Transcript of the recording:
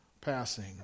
passing